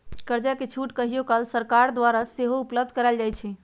कर्जा पर छूट कहियो काल सरकार द्वारा सेहो उपलब्ध करायल जाइ छइ